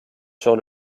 sur